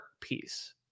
piece